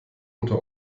unter